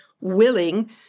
willing